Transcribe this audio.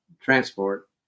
transport